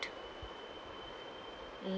mm